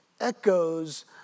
echoes